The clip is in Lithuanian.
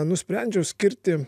nusprendžiau skirti